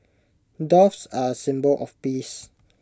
doves are A symbol of peace